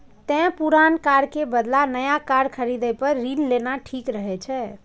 तें पुरान कार के बदला नया कार खरीदै पर ऋण लेना ठीक रहै छै